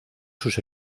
sus